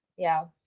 yeah.